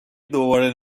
دوباره